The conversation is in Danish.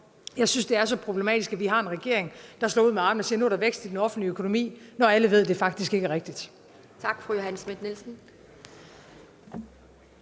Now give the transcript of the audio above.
jeg synes, det er så problematisk, at vi har en regering, der slår ud med armene og siger, at nu er der vækst i den offentlige økonomi, når alle ved, det faktisk ikke er rigtigt.